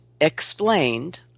explained